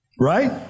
Right